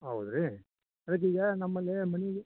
ಹೌದು ರೀ ರಜೆಗೆ ನಮ್ಮಲ್ಲಿ ಮನೆ